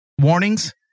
warnings